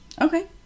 Okay